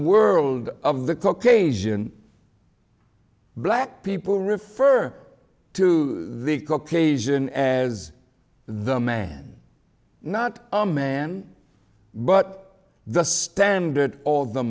world of the cook asian black people refer to the caucasian as the man not a man but the standard of the